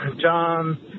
John